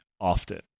often